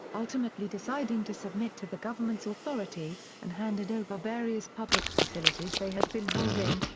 ultimately deciding to submit to the government's authority, and handed over various public facilities they had been holding,